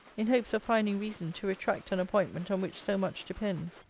in hopes of finding reason to retract an appointment on which so much depends.